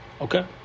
Okay